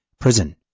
prison